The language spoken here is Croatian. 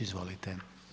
Izvolite.